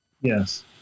yes